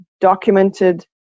documented